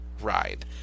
ride